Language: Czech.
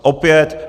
Opět.